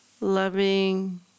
loving